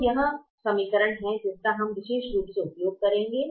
तो यह वह समीकरण है जिसका कि हम विशेष रूप से उपयोग करेंगे